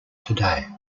today